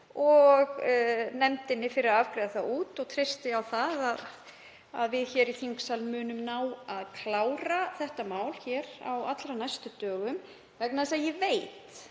og nefndinni fyrir að afgreiða það hér út. Ég treysti á að við hér í þingsal munum ná að klára þetta mál hér á allra næstu dögum, vegna þess að ég veit